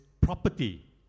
property